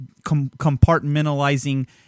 compartmentalizing